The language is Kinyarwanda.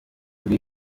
kuri